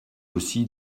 aussi